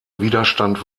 widerstand